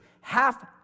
half